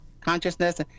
consciousness